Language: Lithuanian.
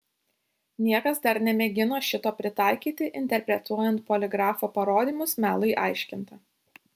niekas dar nemėgino šito pritaikyti interpretuojant poligrafo parodymus melui aiškinti